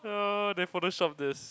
oh they photoshopped this